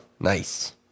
Nice